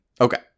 Okay